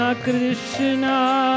Krishna